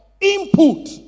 input